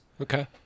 Okay